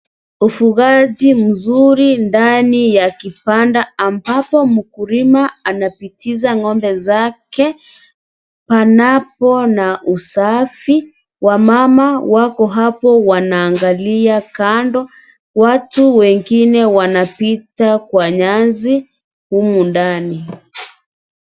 Ufugaji mzuri ndani ya kibanda ambapo mkulima anapitisha ng'ombe zake panapo usafi. Wamama wako hapo wanaangalia, kando watu wengine wanapita kwa nyasi humu ndani.